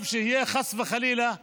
שיהיו חס וחלילה עימותים,